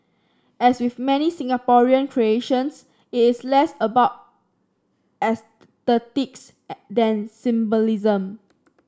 as with many Singaporean creations it is less about aesthetics than symbolism